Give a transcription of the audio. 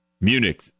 Munich